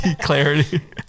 clarity